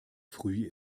früh